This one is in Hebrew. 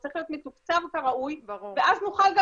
הוא צריך להיות מתוקצב כראוי ואז נוכל גם